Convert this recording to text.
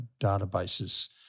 databases